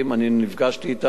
אני נפגשתי אתם,